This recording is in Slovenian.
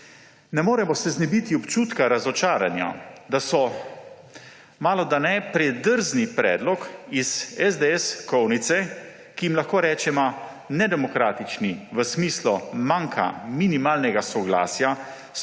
Ne moremo se znebiti občutka razočaranja, da so malodane predrzni predlogi iz SDS kovnice, ki jim lahko rečemo nedemokratični v smislu manka minimalnega soglasja